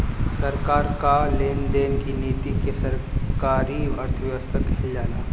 सरकार कअ लेन देन की नीति के सरकारी अर्थव्यवस्था कहल जाला